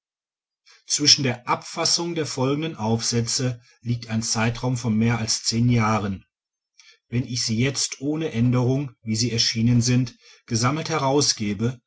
zwischen der abfassung der folgenden aufsätze liegt ein zeitraum von mehr als zehn jahren wenn ich sie jetzt ohne änderungen wie sie erschienen sind gesammelt